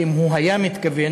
שאם הוא היה מתכוון,